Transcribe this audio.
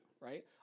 Right